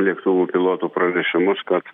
lėktuvų pilotų pranešimus kad